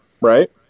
right